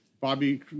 Bobby